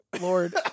Lord